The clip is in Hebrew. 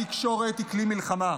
התקשורת היא כלי מלחמה.